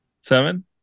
Seven